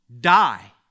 die